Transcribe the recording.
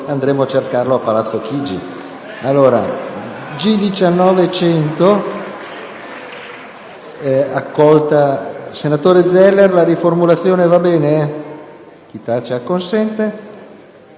andremo a cercarlo a palazzo Chigi.